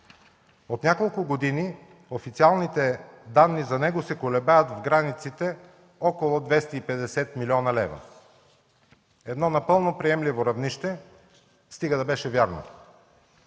От няколко години официалните данни за него се колебаят в границите на около 250 млн. лв. – едно напълно приемливо равнище, стига да беше вярно.